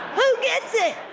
who gets it?